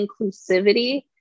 inclusivity